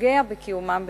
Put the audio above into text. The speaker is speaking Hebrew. ופוגע בקיומן בכבוד.